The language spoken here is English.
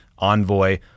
Envoy